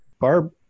Barb